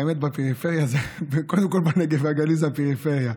האמת, קודם כול הנגב והגליל זה הפריפריה.